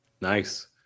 nice